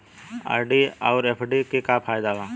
RD आउर FD के का फायदा बा?